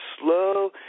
slow